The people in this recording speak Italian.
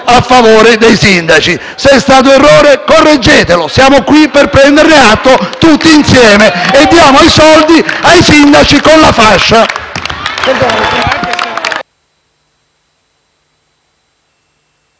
a favore dei sindaci. Se è stato un errore, correggetelo. Siamo qui per prenderne atto tutti insieme: diamo i soldi ai sindaci con la fascia.